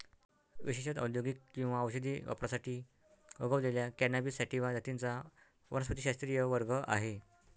विशेषत औद्योगिक किंवा औषधी वापरासाठी उगवलेल्या कॅनॅबिस सॅटिवा जातींचा वनस्पतिशास्त्रीय वर्ग आहे